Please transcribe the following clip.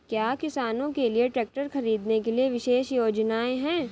क्या किसानों के लिए ट्रैक्टर खरीदने के लिए विशेष योजनाएं हैं?